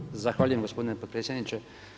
Zahvaljujem gospodine potpredsjedniče.